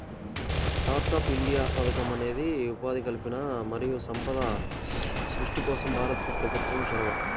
startup India పథకం అనేది ఉపాధి కల్పన మరియు సంపద సృష్టి కోసం భారత ప్రభుత్వం చొరవ